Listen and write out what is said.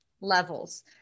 levels